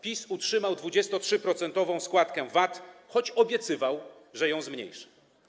PiS utrzymał 23-procentową składkę VAT, choć obiecywał, że ją zmniejszy.